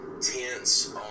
tents